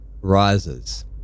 rises